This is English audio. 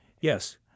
Yes